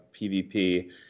PVP